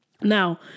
Now